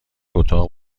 اتاق